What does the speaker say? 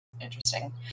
interesting